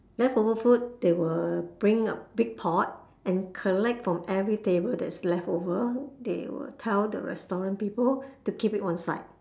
leftover food they will bring a big pot and collect from every table that's leftover they will tell the restaurant people to keep it on site